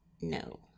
No